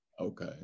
Okay